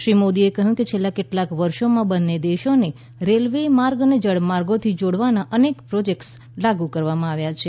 શ્રી મોદીએ કહ્યું કે છેલ્લા કેટલાક વર્ષોમાં બંને દેશોને રેલવે માર્ગ અને જળમાર્ગોથી જોડવાના અનેક પ્રોજેક્ટ્સ લાગુ કરવામાં આવ્યા છે